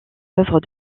œuvres